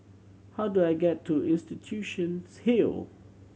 how do I get to Institution's Hill